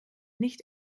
nicht